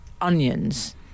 onions